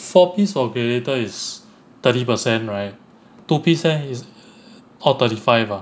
four piece for gladiator is thirty percent right two piece leh is all thirty five ah